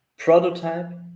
prototype